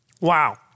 Wow